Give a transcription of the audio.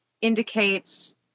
indicates